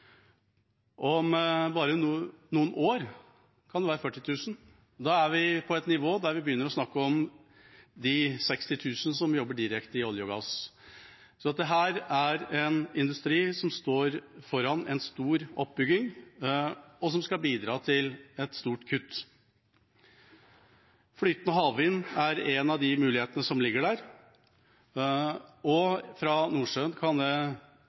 Om bare noen år kan det være 40 000. Da er vi på et nivå der vi kan begynne å snakke om de 60 000 som jobber direkte i olje og gass. Så dette er en industri som står foran en stor oppbygging, og som skal bidra til et stort kutt. Flytende havvind er en av mulighetene som ligger der. Fra Nordsjøen kan